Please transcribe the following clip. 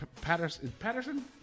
Patterson